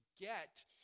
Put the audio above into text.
get